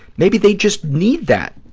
maybe they just need that.